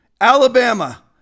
Alabama